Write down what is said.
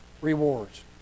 rewards